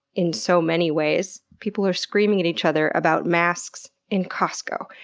in so many ways. people are screaming at each other about masks in costco.